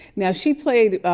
now she played,